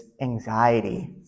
anxiety